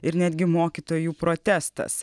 ir netgi mokytojų protestas